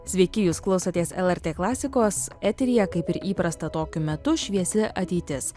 sveiki jūs klausotės lrt klasikos eteryje kaip ir įprasta tokiu metu šviesi ateitis